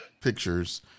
pictures